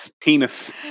penis